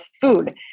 food